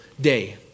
day